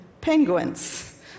penguins